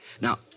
Now